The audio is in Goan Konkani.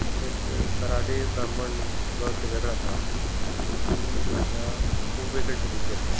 तशेंच कराडे ब्राह्मण गट वेगळो आसा हांची भाशा खूब वेगळे तरेचीं आसा